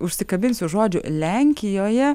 užsikabinsiu žodžiu lenkijoje